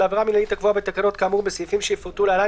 לעבירה מינהלית הקבועה בתקנות כאמור בסעיפים שיפורטו להלן